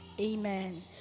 Amen